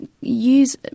use